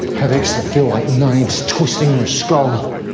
headaches. a few nights twisting in her skull.